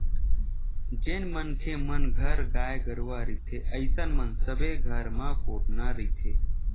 जेन मनखे मन घर गाय गरुवा रहिथे अइसन म सबे घर म कोटना रहिथे